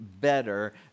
better